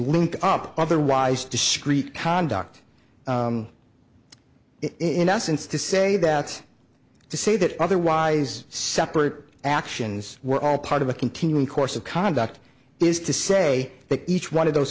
link up otherwise discreet conduct in essence to say that to say that otherwise separate actions were all part of a continuing course of conduct is to say that each one of those